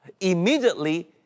Immediately